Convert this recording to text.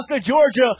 Georgia